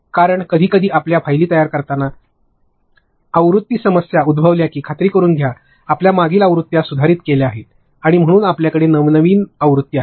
कारण कधीकधी आपल्या फायली तयार करताना आवृत्ती समस्या उद्भवल्या की खात्री करुन घ्या आपल्या मागील आवृत्त्या सुधारित केल्या गेल्या आहेत आणि म्हणूनच आपल्याकडे नवीनतम आवृत्ती आहे